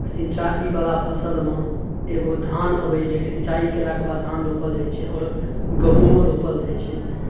सिंचाइवला फसलमे एगो धान अबैए जेकि सिंचाइ केलाके बाद धान रोपल जाइ छै आओर गहूँमो रोपल जाइत छै